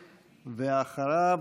ואחריו,